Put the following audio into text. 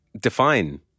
define